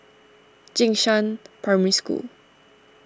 Jing Shan Primary School